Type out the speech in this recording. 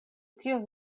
kion